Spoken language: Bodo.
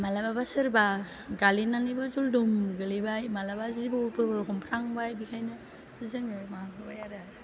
मालाबाबो सोरबा गालिननानैबो जलदम गोलैबाय मालाबा जिबौफोरबो हमफ्रांबाय बेहायनो जोङो माबाबाय आरो